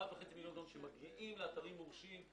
1.5 מיליון טון שיגיעו לאתרים מורשים.